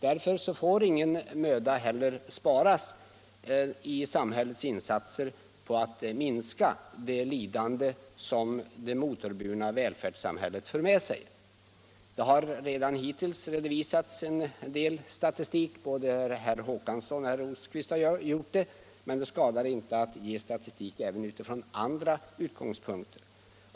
Därför får ingen möda heller sparas i samhällets insatser för att minska de lidanden som det motorburna välfärdssamhället för med sig. Här har redovisats en del statistik — både herr Håkansson i Rönneberga och herr Rosqvist har gjort det — men det skadar inte att ge statistik även från andra utgångspunkter.